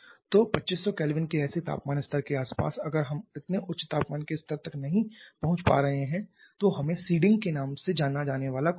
तो 2500 K के ऐसे तापमान स्तर के आसपास अगर हम इतने उच्च तापमान के स्तर तक नहीं पहुँच पा रहे हैं तो हमें सीडिंग के नाम से जाना जाने वाला कुछ चाहिए